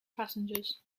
passengers